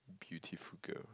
beutiful girl